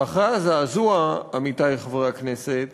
ואחרי הזעזוע, עמיתי חברי הכנסת,